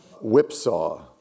Whipsaw